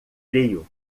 frio